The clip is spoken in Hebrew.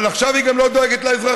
אבל עכשיו היא לא דואגת גם לאזרחים,